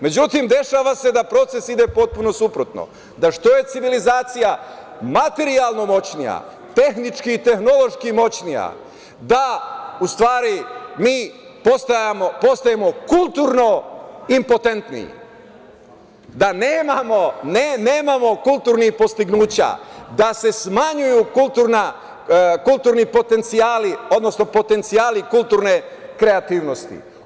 Međutim, dešava se da proces ide potpuno suprotno, da što je civilizacija materijalno moćnija, tehnički i tehnološki moćnija da u stvari mi postajemo kulturno impotentni, da nemamo kulturnih dostignuća, da se smanjuju kulturni potencijali, odnosno potencijali kulturne kreativnosti.